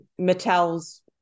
Mattel's